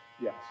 Yes